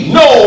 no